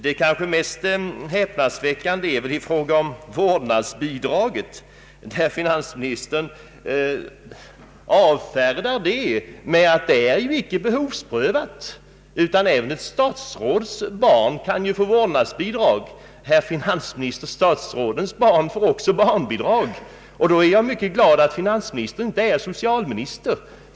Det kanske mest häpnadsväckande i hans resonemang gäller vårdnadsbidraget, som han avfärdar med att säga att det ju inte är behovsprövat, vilket betyder att även ett statsråds barn skulle kunna få vårdnadsbidrag. Herr finansminister! Statsrådens barn får också barnbidrag! Jag är glad att finansministern inte är socialminister.